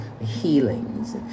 healings